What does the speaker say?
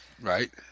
Right